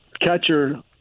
catcher